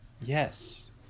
yes